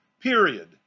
Period